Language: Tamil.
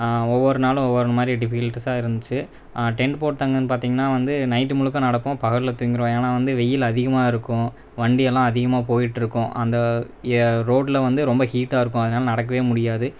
ஒவ்வொரு நாளும் ஒவ்வொரு மாதிரி டிஃபிகல்ட்டிஸ்ஸாக இருந்துச்சு டென்ட் போட்டவங்கன்னு பார்த்திங்கன்னா வந்து நைட்டு முழுக்க நடப்போம் பகலில் தூங்கிருவோம் ஏன்னா வந்து வெயில் அதிகமாக இருக்கும் வண்டி எல்லாம் அதிக போயிட்டு இருக்கும் அந்த ரோடில் வந்து ரொம்ப ஹீட்டாக இருக்கும் அதனால் நடக்கவே முடியாது